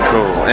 Cool